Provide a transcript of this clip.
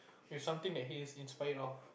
you have something that he's inspired of